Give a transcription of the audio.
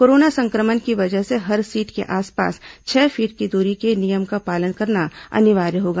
corona संक्रमण की वजह से हर सीट के आपपास छह फीट के दूरी के नियम का पालन करना अनिवार्य होगा